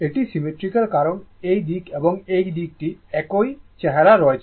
এটি সিমেট্রিক্যাল কারণ এই দিক এবং এই দিকটি একই চেহারা রয়েছে